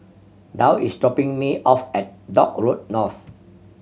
Dow is dropping me off at Dock Road North